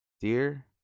Dear